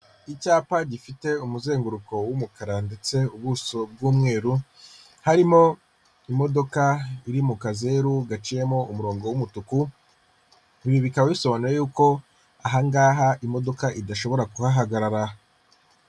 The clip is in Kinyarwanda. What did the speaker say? Icyapa gifite umuzenguruko w'umukara ndetse ubuso bw'umweru, harimo imodoka iri mu kazeru gaciyemo umurongo w'umutuku, ibi bikaba bisobanuye y'uko aha ngaha imodoka idashobora kuhahagarara.